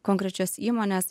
konkrečios įmonės